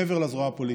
מעבר לזרוע הפוליטית.